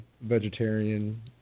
vegetarian